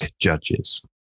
judges